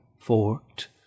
forked